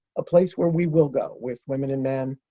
a place where we will go with women and men.